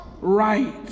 right